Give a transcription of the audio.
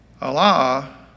Allah